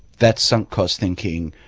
that's sunk cost thinking.